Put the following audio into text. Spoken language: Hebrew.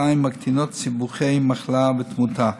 חיים ומקטינות סיבוכי מחלה ותמותה.